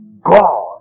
God